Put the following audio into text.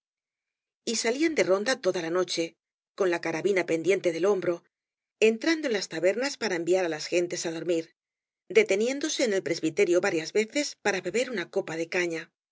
y salían de ronda toda la noche con la carabina pendiente del hombro entrando en las tabernas para enviar las gentes á dormir deteniéndose en el presbiterio varias veces para beber una copa blasco báñe de caña